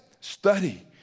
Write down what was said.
Study